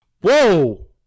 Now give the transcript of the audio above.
Whoa